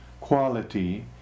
quality